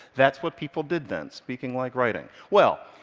that's what people did then, speaking like writing. well,